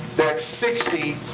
that sixty.